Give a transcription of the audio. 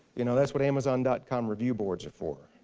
you know that's what amazon dot com review boards are for.